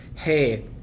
Hey